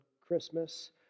Christmas